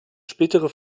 spätere